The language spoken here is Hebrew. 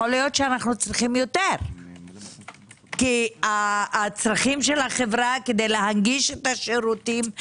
אולי אנו צריכים יותר כי הצרכים של החברה כדי להנגיש את השירותים,